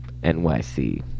NYC